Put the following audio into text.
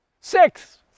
Six